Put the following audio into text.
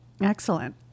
Excellent